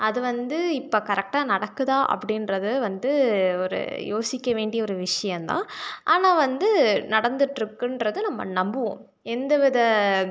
அது வந்து இப்போ கரெக்டாக நடக்குதா அப்படின்றது வந்து ஒரு யோசிக்க வேண்டிய ஒரு விஷயம் தான் ஆனால் வந்து நடந்துகிட்ருக்குன்றது நம்ம நம்புவோம் எந்த வித